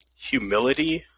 humility